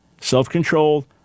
self-controlled